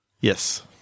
Yes